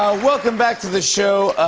welcome back to the show.